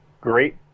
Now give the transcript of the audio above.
Great